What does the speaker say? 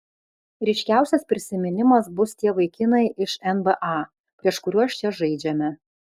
ryškiausias prisiminimas bus tie vaikinai iš nba prieš kuriuos čia žaidžiame